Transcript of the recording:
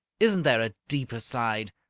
isn't there a deeper side?